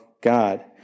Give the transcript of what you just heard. God